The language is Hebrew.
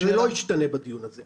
זה לא ישתנה בדיון הזה.